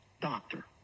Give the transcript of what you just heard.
doctor